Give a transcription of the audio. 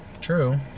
True